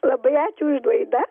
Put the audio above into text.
labai ačiū už laidą